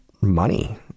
money